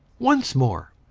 once more!